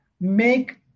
make